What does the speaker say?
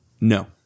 No